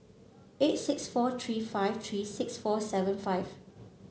eight six four three five three six four seven five